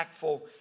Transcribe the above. impactful